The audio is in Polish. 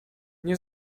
nie